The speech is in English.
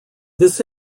this